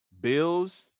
Bills